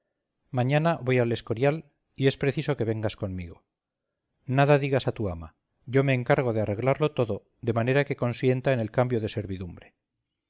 mañana voy al escorial y es preciso que vengas conmigo nada digas a tu ama yo me encargo de arreglarlo todo de manera que consienta en el cambio de servidumbre